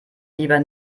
lieber